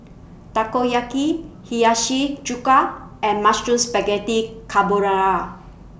Takoyaki Hiyashi Chuka and Mushroom Spaghetti Carbonara